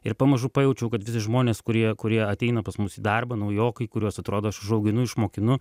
ir pamažu pajaučiau kad visi žmonės kurie kurie ateina pas mus į darbą naujokai kuriuos atrodo aš užauginu išmokinu